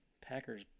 Packers